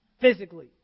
physically